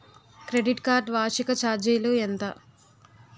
Credit card వార్షిక ఛార్జీలు ఎంత?